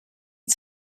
від